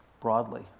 broadly